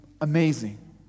amazing